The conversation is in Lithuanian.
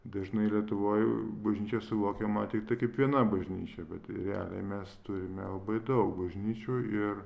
dažnai lietuvoj bažnyčia suvokiama tiktai kaip viena bažnyčia bet tai realiai mes turime labai daug bažnyčių ir